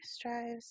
drives